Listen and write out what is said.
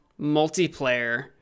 multiplayer